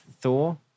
Thor